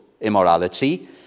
immorality